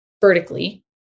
vertically